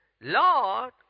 Lord